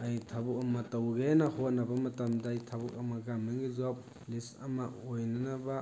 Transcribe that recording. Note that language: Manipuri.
ꯑꯩ ꯊꯕꯛ ꯑꯃ ꯇꯧꯒꯦꯅ ꯍꯣꯠꯅꯕ ꯃꯇꯝꯗ ꯑꯩ ꯊꯕꯛ ꯑꯃ ꯒꯝꯃꯦꯟꯒꯤ ꯖꯣꯕ ꯄꯨꯂꯤꯁ ꯑꯃ ꯑꯣꯏꯅꯅꯕ